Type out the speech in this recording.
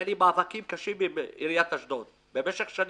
היו לי מאבקים קשים עם עיריית אשדוד במשך שנים.